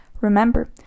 Remember